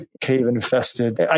cave-infested